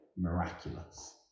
miraculous